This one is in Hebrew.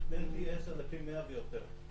פי 10 לפי 100 ויותר.